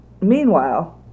Meanwhile